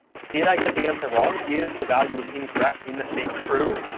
did i get the answer wrong? is the value of incorrect in the state true?